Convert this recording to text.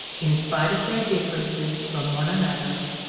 in spite of their differences from one another,